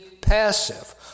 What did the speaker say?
passive